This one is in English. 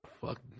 Fuck